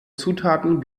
zutaten